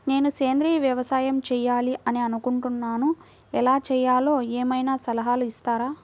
నేను సేంద్రియ వ్యవసాయం చేయాలి అని అనుకుంటున్నాను, ఎలా చేయాలో ఏమయినా సలహాలు ఇస్తారా?